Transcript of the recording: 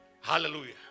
Hallelujah